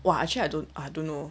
!wah! actually I don't I don't know